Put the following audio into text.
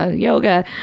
ah yoga,